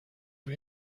روی